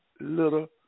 little